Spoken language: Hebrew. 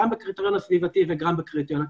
גם בקריטריון הסביבתי וגם בקריטריון הכלכלי.